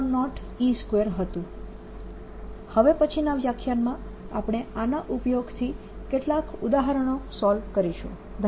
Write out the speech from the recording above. હવે પછીનાં વ્યાખ્યાનમાં આપણે આનાં ઉપયોગથી કેટલાક ઉદાહરણો સોલ્વ કરીશું